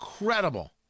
incredible